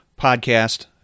Podcast